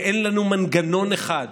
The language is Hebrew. ואין לנו מנגנון אחד,